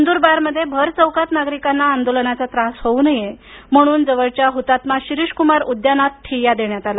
नंदूरबारमध्ये भरचौकात नागरीकांनाआंदोलनाचा त्रास होवू नये म्हणून जवळपास हतात्मा शिरीषकुमार उद्यानात ठिय्या देण्यात आला